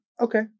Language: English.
Okay